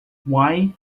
why